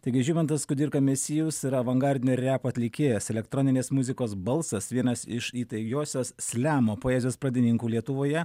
taigi žymantas kudirka mesijus avangardinio repo atlikėjas elektroninės muzikos balsas vienas iš įtaigiosios slemo poezijos pradininkų lietuvoje